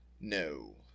No